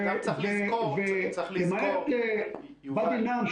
גם צריך לזכור --- ולמעט ואדי אל-נעם,